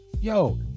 yo